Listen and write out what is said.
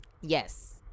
Yes